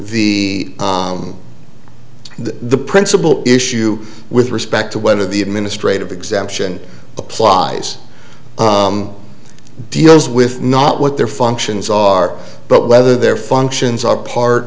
the the principal issue with respect to one of the administrative exemption applies deals with not what their functions are but whether their functions are part